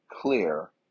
clear